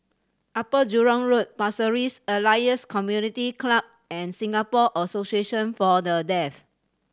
Upper Jurong Road Pasir Ris Elias Community Club and Singapore Association For The Deaf